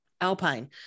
Alpine